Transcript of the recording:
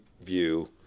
view